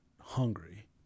hungry